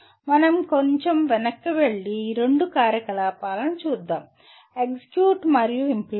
మనం కొంచెం వెనక్కి వెళ్లి ఈ రెండు కార్యకలాపాలను చూద్దాం ఎగ్జిక్యూట్ మరియు ఇంప్లిమెంట్